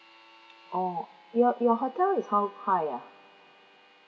oh your your hotel is how high ah